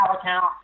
account